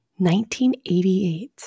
1988